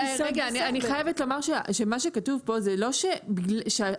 אני חייבת לומר שמה שכתוב כאן זה שהתקלה